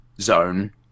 zone